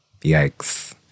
Yikes